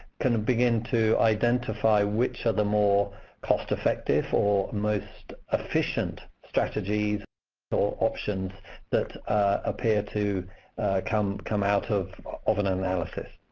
kind of begin to identify which are the more cost-effective or most efficient strategies or options that appear to come come out of of an analysis.